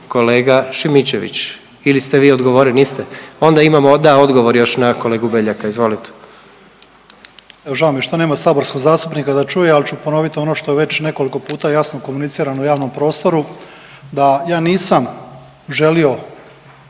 kolega Šimičević ili ste vi odgovorili? Niste. Onda imamo, da, odgovor još na kolegu Beljaka, izvolite. **Banožić, Mario (HDZ)** Pa žao mi je što nema saborskog zastupnika da čuje, ali ću ponoviti ono što je već nekoliko puta jasno komunicirano u javnom prostoru, da ja nisam želio